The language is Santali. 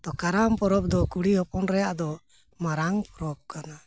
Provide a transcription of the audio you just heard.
ᱛᱚ ᱠᱟᱨᱟᱢ ᱯᱚᱨᱚᱵᱽ ᱫᱚ ᱠᱩᱲᱤ ᱦᱚᱯᱚᱱ ᱨᱮᱱᱟᱜ ᱫᱚ ᱢᱟᱨᱟᱝ ᱯᱚᱨᱚᱵᱽ ᱠᱟᱱᱟ